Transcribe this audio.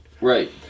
right